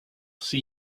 see